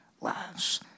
lives